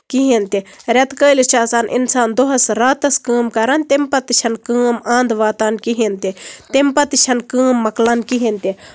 کِہینۍ تہِ ریٚتہٕ کٲلِس چھُ آسان اِنسان دۄہَس راتَس کٲم کران تَمہِ پَتہٕ تہِ چھےٚ نہٕ کٲم اَند واتان کِہینۍ تہِ تَمہِ پَتہٕ تہِ چھنہٕ کٲم مۄکلان کِہینۍ تہِ